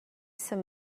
some